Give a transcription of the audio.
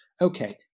Okay